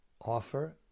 offer